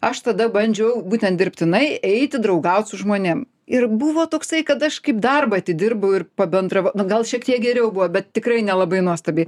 aš tada bandžiau būtent dirbtinai eiti draugaut su žmonėm ir buvo toksai kad aš kaip darbą atidirbau ir pabendrav nu gal šiek tiek geriau buvo bet tikrai nelabai nuostabiai